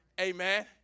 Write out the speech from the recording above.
Amen